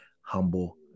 Humble